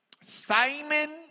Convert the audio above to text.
Simon